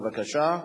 בבקשה.